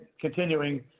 continuing